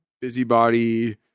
busybody